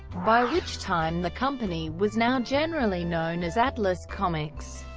by which time the company was now generally known as atlas comics,